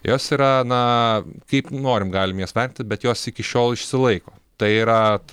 jos yra na kaip norim galim jas vertint bet jos iki šiol išsilaiko tai yra